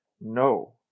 no